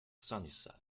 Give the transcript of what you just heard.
sunnyside